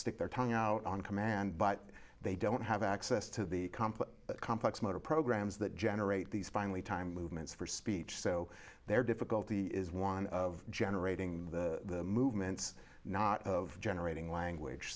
stick their tongue out on command but they don't have access to the complex complex motor programs that generate these finally time movements for speech so there difficulty is one of generating the movements not of generating language